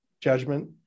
judgment